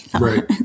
Right